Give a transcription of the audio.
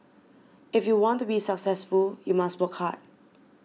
if you want to be successful you must work hard